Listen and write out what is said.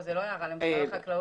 זאת לא הייתה הערה למשרד החקלאות,